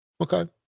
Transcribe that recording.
Okay